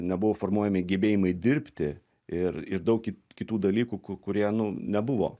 nebuvo formuojami gebėjimai dirbti ir ir daug kitų dalykų ku kurie nu nebuvo